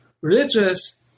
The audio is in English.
religious